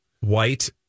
White